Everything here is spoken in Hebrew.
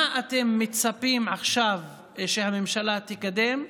מה אתם מצפים עכשיו שהממשלה תקדם?